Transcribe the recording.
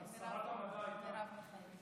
שרת המדע הייתה.